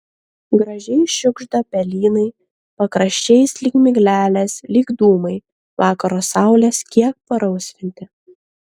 gražiai šiugžda pelynai pakraščiais lyg miglelės lyg dūmai vakaro saulės kiek parausvinti